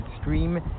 stream